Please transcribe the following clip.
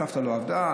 הסבתא לא עבדה,